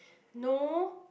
no